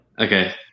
Okay